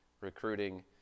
recruiting